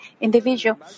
individual